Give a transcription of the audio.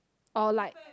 or like